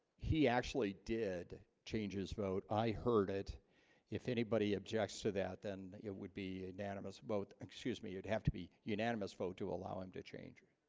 he actually did change his vote i heard it if anybody objects to that then it would be anonymous both excuse me you'd have to be unanimous vote to allow him to change